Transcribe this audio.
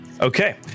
Okay